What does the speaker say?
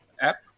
app